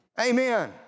Amen